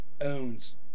owns